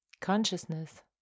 consciousness